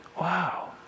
Wow